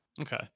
Okay